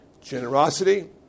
Generosity